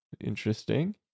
interesting